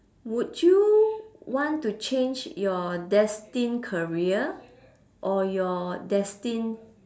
would you want to change your destined career or your destined